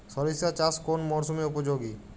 সরিষা চাষ কোন মরশুমে উপযোগী?